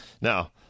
Now